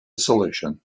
solution